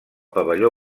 pavelló